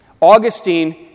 Augustine